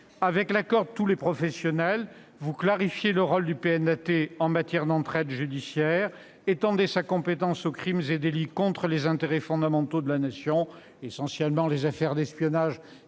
avec l'accord de tous les professionnels, le rôle du PNAT en matière d'entraide judiciaire et étendrez sa compétence aux crimes et délits contre les intérêts fondamentaux de la Nation- il s'agit essentiellement des affaires d'espionnage,